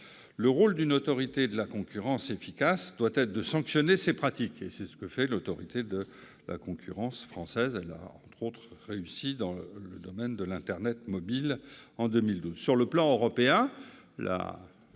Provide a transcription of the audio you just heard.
Le rôle d'une autorité de la concurrence efficace doit être de sanctionner ces pratiques. C'est ce que fait l'autorité de la concurrence française, qui a notamment réussi dans le domaine de l'internet mobile en 2012.